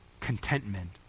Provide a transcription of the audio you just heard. Contentment